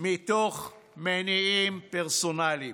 מתוך מניעים פרסונליים,